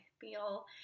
feel